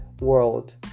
world